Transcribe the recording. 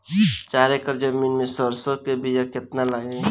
चार एकड़ जमीन में सरसों के बीया कितना लागी?